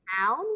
town